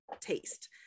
taste